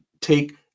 take